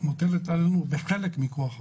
היא מוטלת עלינו בחלקה מכוח החוק.